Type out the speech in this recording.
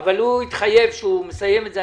אבל הוא התחייב שהוא יסיים את זה.